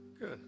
good